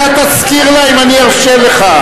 אתה תזכיר לה אם אני ארשה לך,